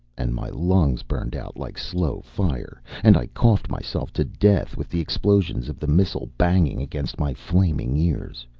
and my lungs burned out like slow fire, and i coughed myself to death with the explosions of the missile banging against my flaming ears.